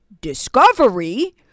discovery